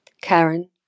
Karen